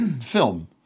film